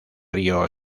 río